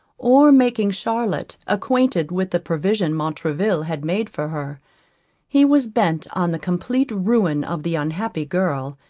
or making charlotte acquainted with the provision montraville had made for her he was bent on the complete ruin of the unhappy girl,